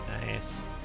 Nice